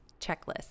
checklist